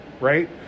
right